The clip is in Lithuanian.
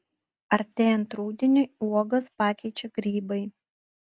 artėjant rudeniui uogas pakeičia grybai